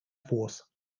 force